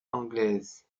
anglaise